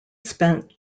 spent